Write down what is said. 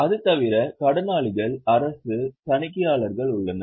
அது தவிர கடனாளிகள் அரசு தணிக்கையாளர்கள் உள்ளனர்